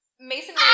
Mason